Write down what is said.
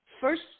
First